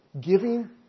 giving